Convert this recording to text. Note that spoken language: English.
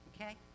okay